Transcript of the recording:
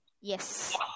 Yes